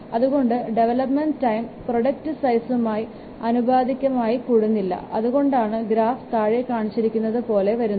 അതുകൊണ്ട് development time product സൈസുമായി ആനുപാതികമായി കൂടുന്നില്ല അതുകൊണ്ടാണ് ഗ്രാഫ് താഴെ കാണിച്ചിരിക്കുന്നത് പോലെ വരുന്നത്